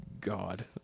God